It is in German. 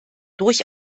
durch